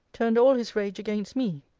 turned all his rage against me.